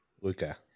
Luca